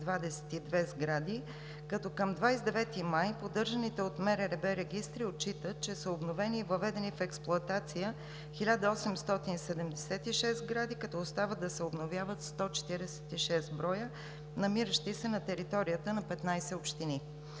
към 29 май поддържаните от МРРБ регистри отчитат, че са обновени и въведени в експлоатация 1876 сгради, като остават да се обновяват 146 броя, намиращи се на територията на 15 общини.